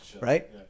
right